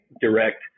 direct